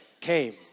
came